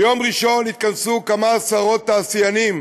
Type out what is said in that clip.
ביום ראשון יתכנסו כמה עשרות תעשיינים